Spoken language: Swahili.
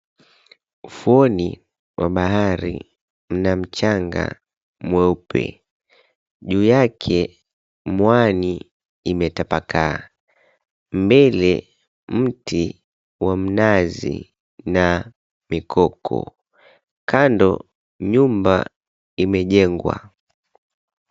Ufuoni mwa bahari mna mchanga mweupe. Juu yake, mwani imetapakaa. Mbele, mti wa mnazi na mikoko. Kando nyumba imejengwa.